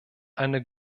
eine